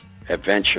adventure